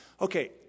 Okay